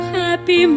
happy